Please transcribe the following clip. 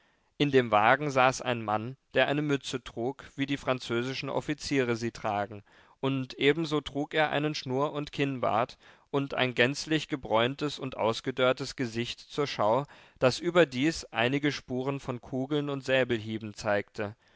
in dem wagen saß ein mann der eine mütze trug wie die französischen offiziere sie tragen und ebenso trug er einen schnurrund kinnbart und ein gänzlich gebräuntes und ausgedörrtes gesicht zur schau das überdies einige spuren von kugeln und säbelhieben zeigte